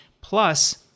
Plus